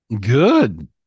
Good